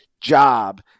job